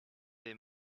they